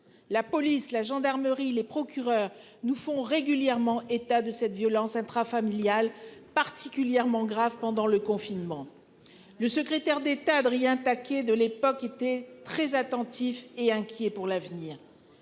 la police, la gendarmerie les procureurs nous font régulièrement état de cette violence intrafamiliale particulièrement grave pendant le confinement. Le secrétaire d'État Adrien taquet de l'époque était très attentif et inquiet pour l'avenir.